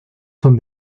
son